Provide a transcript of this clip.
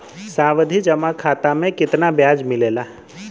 सावधि जमा खाता मे कितना ब्याज मिले ला?